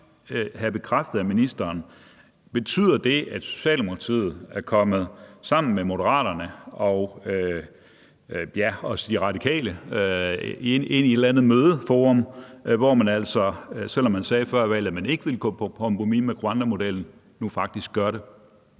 Jeg vil bare lige have bekræftet af ministeren, om det betyder, at Socialdemokratiet sammen med Moderaterne og, ja, også De Radikale er kommet ind i et eller andet mødeforum, hvor man altså, selv om man sagde før valget, at man ikke ville gå på kompromis med Rwandamodellen, nu faktisk gør det.